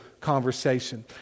conversation